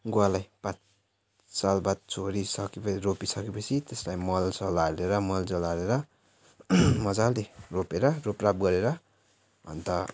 गुवालाई पाँच साल बाद छोडिसके पछि रोपिसके पछि त्यसलाई मल सल हालेर मल जल हालेर मजाले रोपेर रोपराप गरेर अन्त